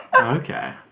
Okay